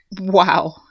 Wow